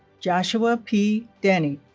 joshua p. dani